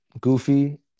Goofy